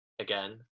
again